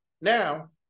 Now